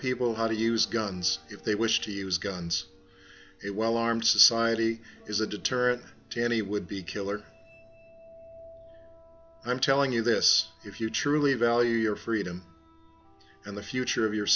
people how to use guns if they wish to use guns it well armed society is a deterrent to any would be killer i'm telling you this if you truly value your freedom and the future of your